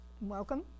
welcome